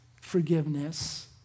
forgiveness